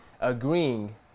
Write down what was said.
agreeing